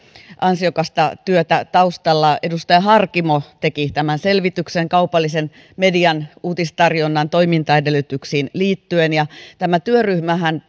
ansiokasta työtä taustalla edustaja harkimo teki tämän selvityksen kaupallisen median uutistarjonnan toimintaedellytyksiin liittyen ja tämä työryhmähän